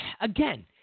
again